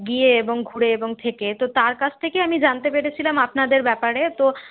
গিয়ে এবং ঘুরে এবং থেকে তো তার কাছ থেকে আমি জানতে পেরেছিলাম আপনাদের ব্যাপারে তো